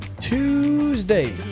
Tuesday